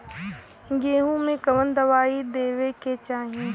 गेहूँ मे कवन दवाई देवे के चाही?